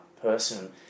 person